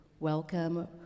Welcome